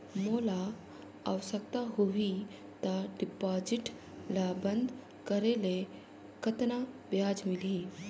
मोला आवश्यकता होही त डिपॉजिट ल बंद करे ले कतना ब्याज मिलही?